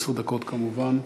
עשר דקות, כמובן.